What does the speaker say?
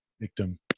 victim